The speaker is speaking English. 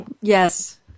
Yes